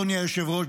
אדוני היושב-ראש,